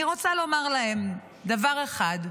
אני רוצה לומר להם דבר אחד: